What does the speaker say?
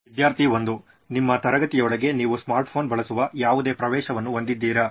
ವಿದ್ಯಾರ್ಥಿ 1 ನಿಮ್ಮ ತರಗತಿಯೊಳಗೆ ನೀವು ಸ್ಮಾರ್ಟ್ ಫೋನ್ ಬಳಸುವ ಯಾವುದೇ ಪ್ರವೇಶವನ್ನು ಹೊಂದಿದ್ದೀರಾ